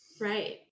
right